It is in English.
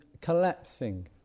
collapsing